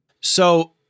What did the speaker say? So-